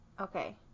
Okay